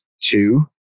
two